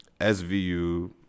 SVU